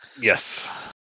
Yes